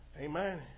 Amen